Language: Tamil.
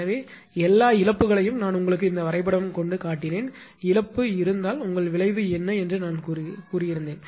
ஆனால் எல்லா இழப்புகளையும் நான் உங்களுக்கு இந்த வரைபடம் கொண்டு காட்டினேன் இழப்பு இருந்தால் உங்கள் விளைவு என்ன என்று நான் சொன்னேன்